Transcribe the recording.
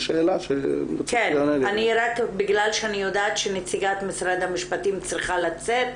בגלל שאני יודעת שנציגת משרד המשפטים צריכה לצאת,